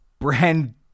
Brand